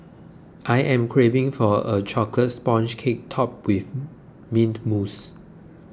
I am craving for a Chocolate Sponge Cake Topped with Mint Mousse